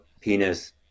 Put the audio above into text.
penis